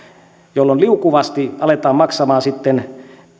jolloin liukuvasti aletaan maksamaan sitten